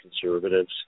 conservatives